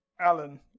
Alan